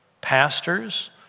pastors